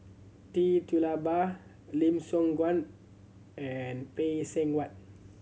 Tee Tula Ba Lim Siong Guan and Phay Seng Whatt